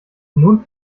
nun